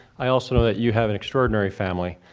i also know that you have an extraordinary family,